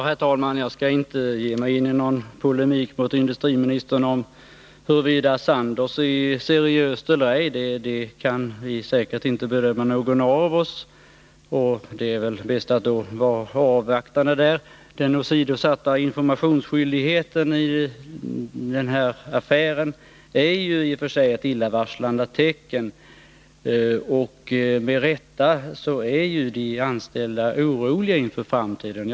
Herr talman! Jag skall inte ge migin i någon polemik mot industriministern om huruvida Sandoz AG är seriöst eller ej. Säkert kan inte någon av oss bedöma det. Det är väl bäst att avvakta därvidlag. Den åsidosatta informationsskyldigheten i den här affären är i och för sig ett illavarslande tecken. Med rätta känner de anställda oro inför framtiden.